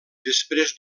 després